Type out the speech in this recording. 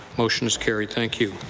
motion is carried. thank you.